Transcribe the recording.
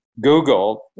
Google